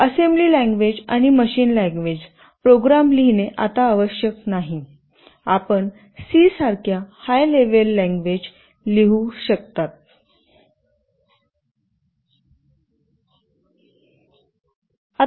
आणि assembly language किंवा machine language program लिहिणे आता आवश्यक नाही आपण C सारख्या हाय लेवल लँग्वेज लिहू शकता